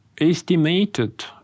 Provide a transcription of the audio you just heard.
estimated